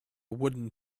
wooden